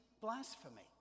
blasphemy